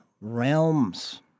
realms